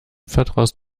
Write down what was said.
vertraust